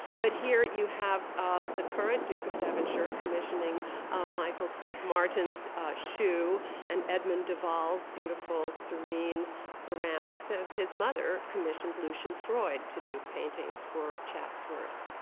but here you have ah the current duke of devonshire ah commissioning michael craig-martin's shoe and edmund de waal's beautiful, serene ceramics as his mother commissioned lucian freud to do paintings for chatsworth.